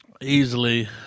Easily